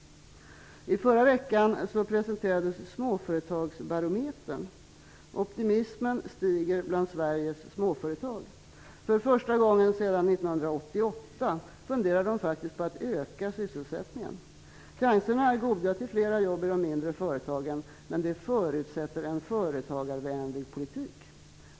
I förra veckan presenterades småföretagsbarometern. Optimismen stiger bland Sveriges småföretag. För första gången sedan 1988 funderar de faktiskt på att öka sysselsättningen. Chanserna till fler jobb i de mindre företagen är goda, men det förutsätter en företagarvänlig politik.